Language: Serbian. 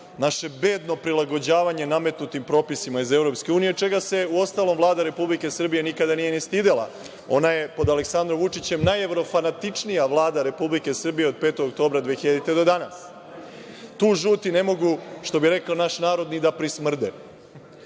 naše bedno prilagođavanje nametnutim propisima iz EU, čega se uostalom Vlada Republike Srbije nikada nije stidela. Ona je pod Aleksandrom Vučićem najevrofanatičnija Vlada Republike Srbije od 5. oktobra 2000. godine do dana. Tu žuti ne mogu, što bi rekao naš narod, ni da pri